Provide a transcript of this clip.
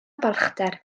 balchder